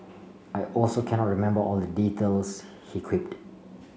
I also cannot remember all the details he quipped